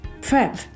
prep